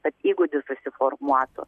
kad įgūdis susiformuotų